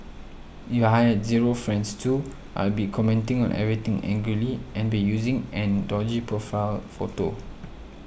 if I had zero friends too I'd be commenting on everything angrily and be using an dodgy profile photo